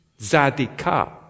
Zadika